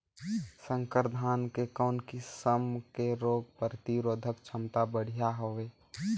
संकर धान के कौन किसम मे रोग प्रतिरोधक क्षमता बढ़िया हवे?